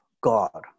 God